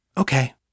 Okay